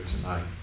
tonight